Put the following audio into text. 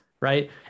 right